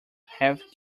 have